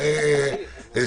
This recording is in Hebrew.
האמת